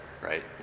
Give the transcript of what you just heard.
right